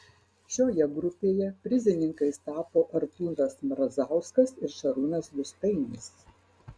šioje grupėje prizininkais tapo artūras mrazauskas ir šarūnas gustainis